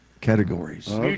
categories